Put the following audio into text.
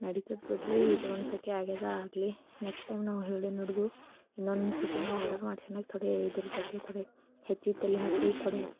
ನಡಿತದೆ ಬಿಡ್ರಿ ಇದೊಂದು ಫೆಕೆ ಆಗಿದ ಆಗಲಿ ನೆಕ್ಸ್ಟ್ ಟೈಮ್ ನಾವು ಹೇಳಿದಿಡ್ದು ಇನ್ನೊಂದು ಫೆಕೆ ನಾವು ಆರ್ಡರ್ ಮಾಡ್ಸಿದಾಗೆ ಥೊಡೇ ಇದ್ರ ಬಗ್ಗೆ ಥೊಡೇ ಹೆಚ್ಚಿಗೆ ತಲಿ ಹಾಕ್ರಿ ಥೊಡೇ